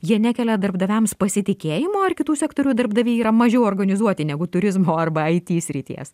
jie nekelia darbdaviams pasitikėjimo ar kitų sektorių darbdaviai yra mažiau organizuoti negu turizmo arba it srities